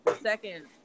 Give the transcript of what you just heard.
second